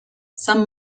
some